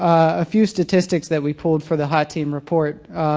a few statistics that we pulled for the hot team report.